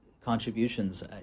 contributions